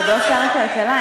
כבודו שר הכלכלה,